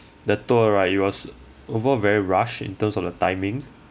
the tour right it was overall very rushed in terms of the timing